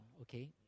Okay